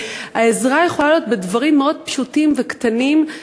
העזרה יכולה להיות בדברים מאוד פשוטים וקטנים,